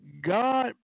God